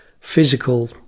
physical